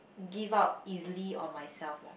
give up easily on myself lah